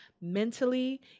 mentally